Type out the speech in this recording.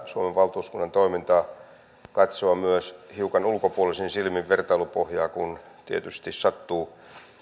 suomen valtuuskunnan toimintaa katsoa myös hiukan ulkopuolisin silmin vertailupohjaa kun tietysti sattuu